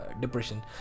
depression